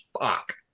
fuck